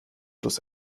bloß